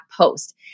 post